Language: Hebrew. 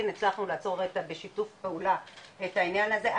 הצלחנו לעצור את זה בשיתוף פעולה את העניין הזה.